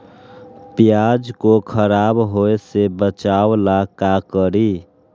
प्याज को खराब होय से बचाव ला का करी?